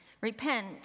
Repent